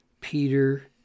Peter